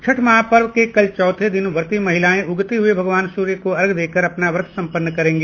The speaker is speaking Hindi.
छठ महापर्व के कल चौथे दिन व्रती महिलाएं उगते हुए भगवान सूर्य को अर्घ्य देकर अपना व्रत सम्पन्न करेंगी